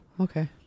okay